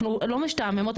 אנחנו לא משתעממות,